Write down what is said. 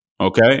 Okay